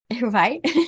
Right